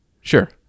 Sure